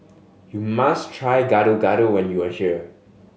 you must try Gado Gado when you are here